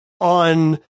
on